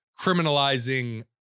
criminalizing